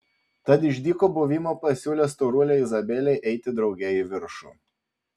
tad iš dyko buvimo pasiūlė storulei izabelei eiti drauge į viršų